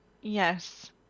yes